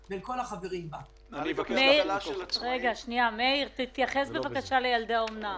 אני מבטיחה לך שאני זו שתשנה את חוק האומנה.